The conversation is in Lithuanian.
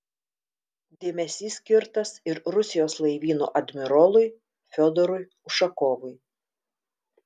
dėmesys skirtas ir rusijos laivyno admirolui fiodorui ušakovui